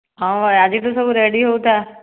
ହଁ ଆଜିଠୁ ସବୁ ରେଡି ହେଉଥାଅ